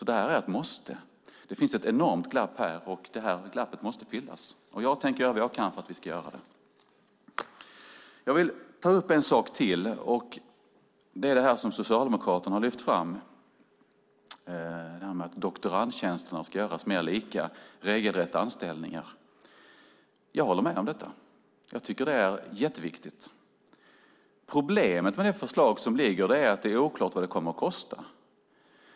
Det här är ett måste. Det finns ett enormt glapp här, och det måste fyllas. Jag tänker göra vad jag kan för att vi ska göra det. Jag vill ta upp det som Socialdemokraterna har lyft fram om att doktorandtjänsterna ska göras mer lika regelrätta anställningar. Jag håller med om det. Jag tycker att det är jätteviktigt. Problemet med det förslag som ligger är att det oklart vad det kommer att kosta.